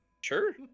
Sure